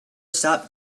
stop